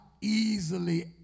easily